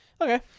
Okay